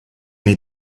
nei